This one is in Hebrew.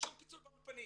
שום פיצול באולפנים.